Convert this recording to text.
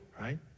right